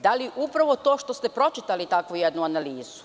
Da li upravo to što ste pročitali takvu jednu analizu?